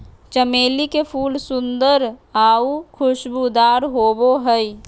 चमेली के फूल सुंदर आऊ खुशबूदार होबो हइ